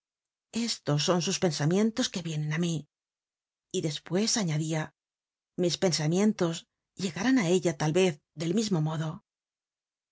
estos son sus pensamientos que vienen á mí y despues anadia mis pensamientos llegarán á ella tal vez del mismo modo